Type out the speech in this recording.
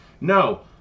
no